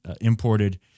imported